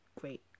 great